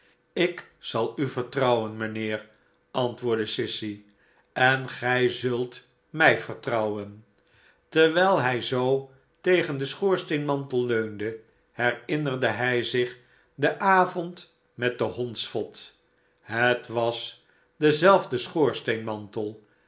ik zal u vertrouwen mijnheer antwoordde sissy en gij zult mij vertrouwen terwijl hij zoo tegen den schoorsteenmantel leunde herinnerde hij zich den avond met den hondsvot het was dezelfde schoorsteenmantel